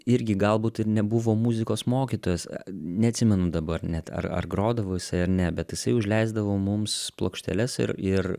irgi galbūt ir nebuvo muzikos mokytojas neatsimenu dabar net ar ar grodavo jisai ar ne bet jisai užleisdavo mums plokšteles ir ir